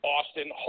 Austin